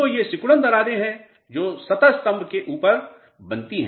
तो ये सिकुड़न दरारें हैं जो सतहस्प्ब के ऊपर बनती है